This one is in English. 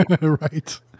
Right